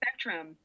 spectrum